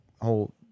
whole